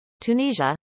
Tunisia